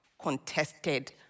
contested